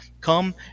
come